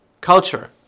Culture